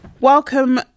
welcome